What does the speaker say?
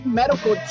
medical